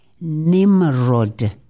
Nimrod